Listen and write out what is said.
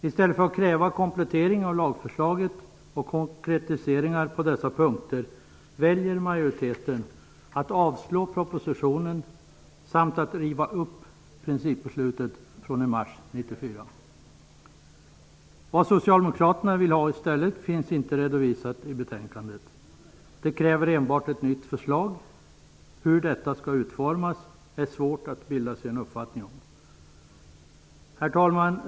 I stället för att kräva komplettering av lagförslaget och konkretiseringar på dessa punkter väljer majoriteten att avstyrka propositionen samt att riva upp principbeslutet från mars 1994. Vad socialdemokraterna vill ha i stället finns inte redovisat i betänkandet. De kräver enbart ett nytt förslag. Hur detta skall utformas är det svårt att bilda sig en uppfattning om. Herr talman!